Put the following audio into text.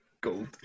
Gold